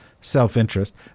self-interest